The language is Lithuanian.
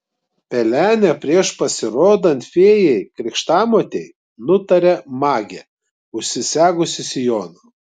pelenė prieš pasirodant fėjai krikštamotei nutarė magė užsisegusi sijoną